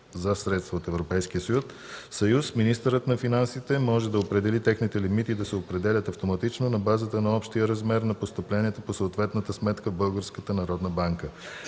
за средства от Европейския съюз министърът на финансите може да определи техните лимити да се определят автоматично на базата на общия размер на постъпленията по съответната сметка в